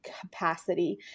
capacity